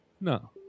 No